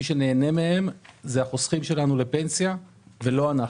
מי שנהנה מהם זה החוסכים שלנו לפנסיה ולא אנחנו.